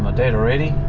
ah dead already.